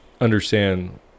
understand